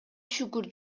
шүгүр